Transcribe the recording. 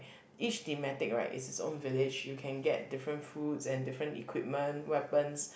each thematic right is its own village you can get different foods and different equipment weapons